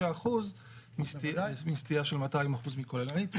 של 25% מסטייה של 200% מכוללנית.